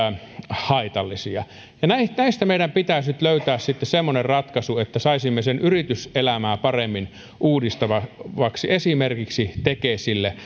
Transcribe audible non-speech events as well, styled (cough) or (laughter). haitallisia ja näistä meidän pitäisi nyt löytää semmoinen ratkaisu että saisimme sen yrityselämää paremmin uudistavaksi esimerkiksi tekesille (unintelligible)